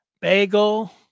Bagel